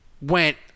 went